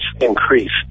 increased